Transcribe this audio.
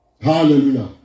Hallelujah